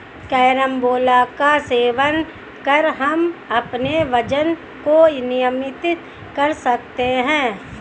carambola का सेवन कर हम अपने वजन को नियंत्रित कर सकते हैं